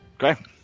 Okay